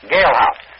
Galehouse